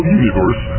universe